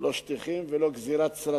לא שטיחים ולא גזירת סרטים.